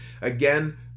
again